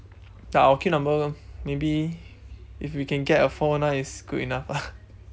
ya our queue number maybe if we can get a four nine is good enough lah